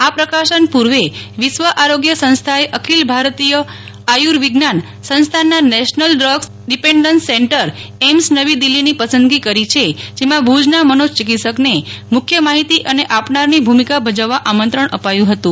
આ પ્રકાશન પૂર્વે વિશ્વ આરોગ્ય સંસ્થાએ અખિલ ભારતીય આયુર્વિજ્ઞાન સંસ્થાનના National Drugs Dependence Centre AIIMS નવી દિલ્ફીની પસંદગી કરી છે જેમાં ભુજના મનોચિકિત્સક ને મુખ્ય માહિતી આપનારની ભૂમિકા ભજવવા આમંત્રણ અપાયું હતું